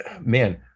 Man